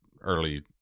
early